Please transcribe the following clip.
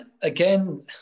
again